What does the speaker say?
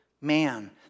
man